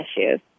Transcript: issues